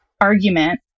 argument